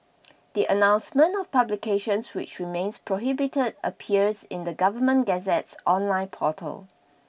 the announcement of publications which remains prohibited appears in the Government Gazette's online portal